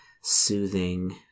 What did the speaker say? soothing